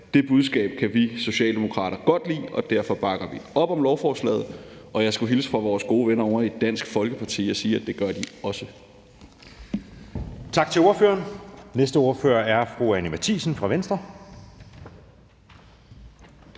Det budskab kan vi Socialdemokrater godt lide, og derfor bakker vi op om lovforslaget, og jeg skulle hilse fra vores gode venner ovre i Dansk Folkeparti og sige, at det gør de også.